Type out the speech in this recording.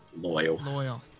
Loyal